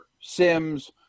sims